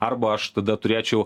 arba aš tada turėčiau